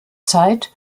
zeit